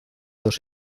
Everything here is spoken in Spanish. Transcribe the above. dos